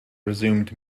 resumed